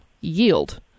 yield